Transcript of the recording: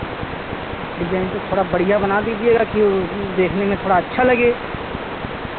design तो थोड़ा बढ़ियाँ बना दीजिएगा कि वो देखने में थोड़ा अच्छा लगे